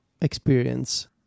experience